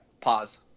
pause